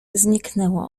zniknęło